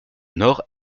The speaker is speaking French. nord